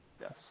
Yes